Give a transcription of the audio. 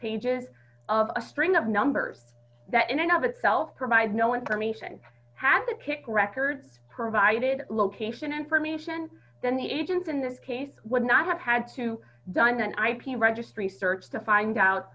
pages of a string of numbers that in and of itself provide no information has to kick records provided location information then the agent in this case would not have had to done an ip registry search to find out